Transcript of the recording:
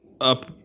up